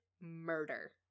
murder